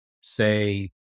say